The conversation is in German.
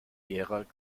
gerald